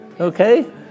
Okay